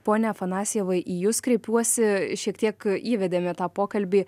pone afanasjevai į jus kreipiuosi šiek tiek įvedėm į tą pokalbį